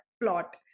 plot